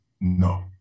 no